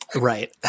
Right